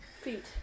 Feet